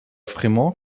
fremont